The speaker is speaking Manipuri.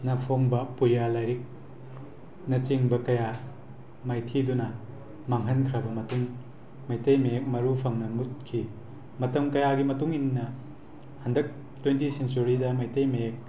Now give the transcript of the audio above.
ꯅ ꯐꯣꯡꯕ ꯄꯨꯌꯥ ꯂꯥꯏꯔꯤꯛ ꯅꯆꯤꯡꯕ ꯀꯌꯥ ꯃꯥꯏꯊꯤꯗꯨꯅ ꯃꯥꯡꯍꯟꯈ꯭ꯔꯕ ꯃꯇꯨꯡ ꯃꯩꯇꯩ ꯃꯌꯦꯛ ꯃꯔꯨ ꯐꯪꯅ ꯃꯨꯠꯈꯤ ꯃꯇꯝ ꯀꯌꯥꯒꯤ ꯃꯇꯨꯡ ꯏꯟꯅ ꯍꯟꯗꯛ ꯇ꯭ꯋꯦꯟꯇꯤ ꯁꯦꯟꯆꯨꯔꯤꯗ ꯃꯩꯇꯩ ꯃꯌꯦꯛ